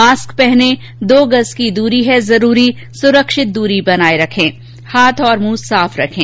mask पहनें दो गज़ की दूरी है जरूरी सुरक्षित दूरी बनाए रखें हाथ और मुंह साफ रखें